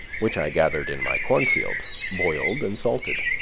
which i gathered in my cornfield, boiled and salted.